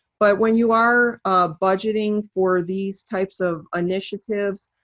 but when you are budgeting for these types of initiatives,